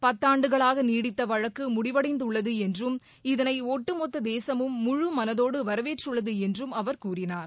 பத்தாண்டுகளாக நீடித்த வழக்கு முடிவடைந்துள்ளது என்றும் இதனை ஒட்டுமொத்த தேசமும் முழுமனதோடு வரவேற்றுள்ளது என்றும் அவர் கூறினார்